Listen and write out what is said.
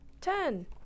Ten